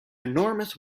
enormous